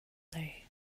day